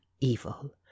evil